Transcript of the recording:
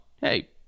hey